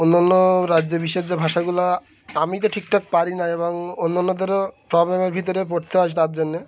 অন্য অন্য রাজ্যে বিশেষ যে ভাষাগুলা আমি তো ঠিকঠাক পারি না এবং অন্য অতো প্রবলেমের ভিতরে পড়তে আসে তার জন্যে